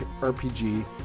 RPG